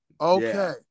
Okay